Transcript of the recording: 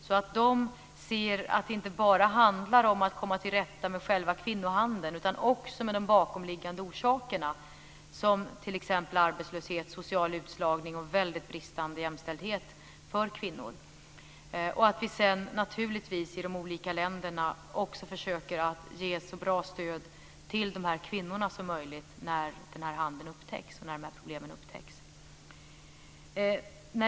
De länderna ska se att det inte bara handlar om att komma till rätta med själva kvinnohandeln utan också med de bakomliggande orsakerna, som t.ex. arbetslöshet, social utslagning och bristande jämställdhet för kvinnor. Sedan ska vi i de olika länderna ge så bra stöd som möjligt till kvinnorna när problemen upptäcks.